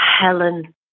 Helen